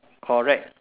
correct